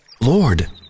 Lord